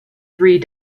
three